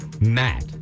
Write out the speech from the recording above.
Matt